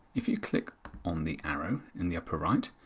if you click on the arrow in the upper right,